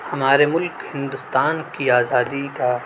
ہمارے ملک ہندوستان کی آزادی کا